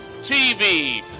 TV